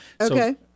Okay